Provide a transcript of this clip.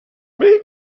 main